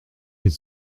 est